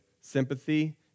sympathy